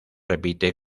repite